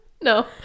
No